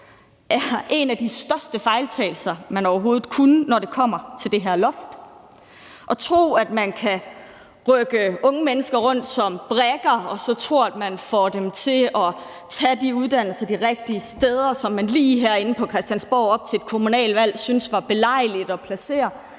var en af de største fejltagelser, man overhovedet kunne begå, altså når det kommer til det her loft. At tro, at man kan rykke unge mennesker rundt som brikker, og at tro, at man kan få dem til at tage deres uddannelse de rigtige steder, altså der, hvor man herinde på Christiansborg lige op til et kommunalvalg syntes det var belejligt at placere